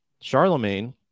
Charlemagne